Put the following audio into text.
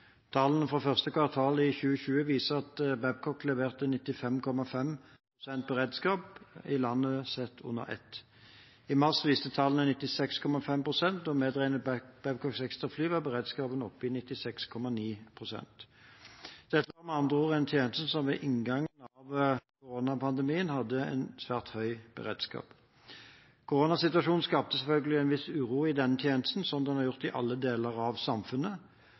Tallene fra første kvartal i 2020 viste at Babcock leverte 95,5 pst. beredskap i landet sett under ett. I mars viste tallene 96,5 pst., og medberegnet Babcocks ekstra fly var beredskapen oppe i 96,9 pst. Dette var med andre ord en tjeneste som ved inngangen av koronapandemien hadde en svært høy beredskap. Koronasituasjonen skapte selvfølgelig en viss uro i denne tjenesten, slik den har gjort i alle deler av samfunnet.